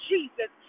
Jesus